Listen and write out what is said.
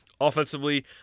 Offensively